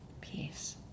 Peace